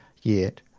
yet,